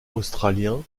australien